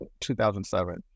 2007